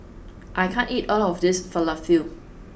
I can't eat all of this Falafel